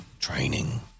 training